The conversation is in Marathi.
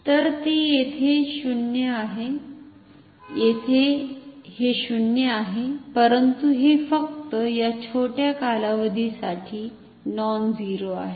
तर ते येथे 0 आहे येथे हे 0 आहे परंतु हे फक्त या छोट्या कालावधीसाठी नॉनझिरो आहे